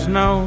no